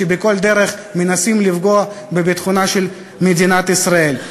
שבכל דרך מנסים לפגוע בביטחונה של מדינת ישראל.